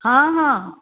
हाँ हाँ